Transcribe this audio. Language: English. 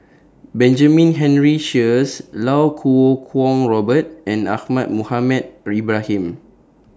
Benjamin Henry Sheares Lau Kuo Kwong Robert and Ahmad Mohamed Ibrahim